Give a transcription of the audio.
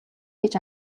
гэж